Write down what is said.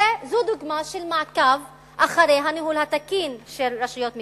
זו דוגמה של מעקב אחרי הניהול התקין של רשויות מקומיות.